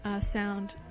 sound